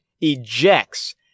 ejects